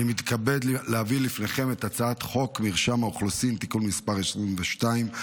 אני מתכבד להביא לפניכם את הצעת חוק מרשם האוכלוסין (תיקון מס' 22),